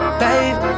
babe